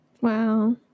Wow